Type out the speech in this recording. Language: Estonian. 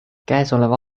käesoleva